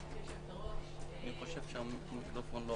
גברתי יושבת-הראש ותודה על יוזמת דיון מאוד